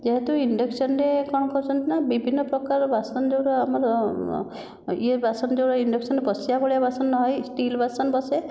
ଯେହେତୁ ଇଣ୍ଡକ୍ସନରେ କ'ଣ କରୁଛନ୍ତି ନା ବିଭିନ୍ନ ପ୍ରକାର ବାସନ ଯେଉଁଗୁଡ଼ିକ ଆମର ଏ ବାସନ ଯେଉଁ ଇଣ୍ଡକ୍ସନରେ ବସିବା ଭଳିଆ ବାସନ ନହୋଇ ଷ୍ଟିଲ୍ ବାସନ ବସେ